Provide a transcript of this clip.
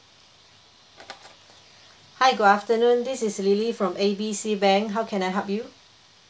hi good afternoon this is lily from A B C bank how can I help you